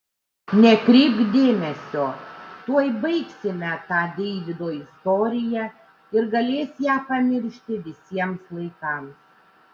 nekreipk dėmesio tuoj baigsime tą deivydo istoriją ir galės ją pamiršti visiems laikams